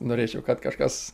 norėčiau kad kažkas